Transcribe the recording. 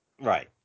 Right